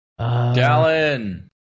Dallin